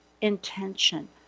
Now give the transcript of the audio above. intention